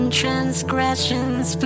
transgressions